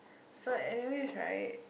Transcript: so anyways right